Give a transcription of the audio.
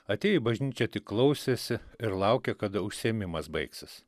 atėję į bažnyčią tik klausėsi ir laukė kada užsiėmimas baigsis